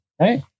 Right